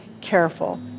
careful